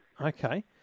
Okay